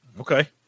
Okay